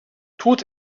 tut